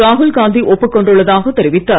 ராகுல் காந்தி ஒப்புக் கொண்டுள்ளதாக தெரிவித்தார்